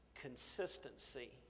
consistency